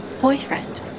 boyfriend